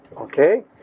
Okay